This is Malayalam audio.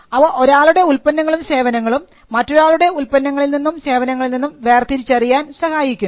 അവ ഒരാളുടെ ഉൽപ്പന്നങ്ങളും സേവനങ്ങളും മറ്റൊരാളുടെ ഉത്പന്നങ്ങളിൽ നിന്നും സേവനങ്ങളിൽ നിന്നും വേർതിരിച്ചറിയാൻ സഹായിക്കുന്നു